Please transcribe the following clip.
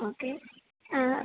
okay ആ